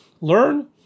learn